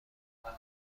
برد